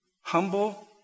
humble